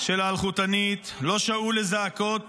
של האלחוטניות, לא שמעו לזעקות